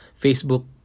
Facebook